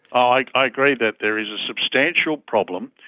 i agree that there is a substantial problem,